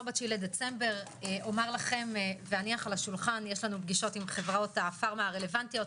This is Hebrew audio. ב-9 בדצמבר יש לנו פגישות עם חברות הפארמה הרלוונטיות.